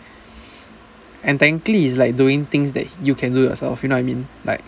and technically it's like doing things that you can do yourself you know what I mean like